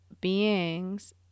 beings